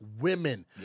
women